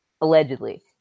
allegedly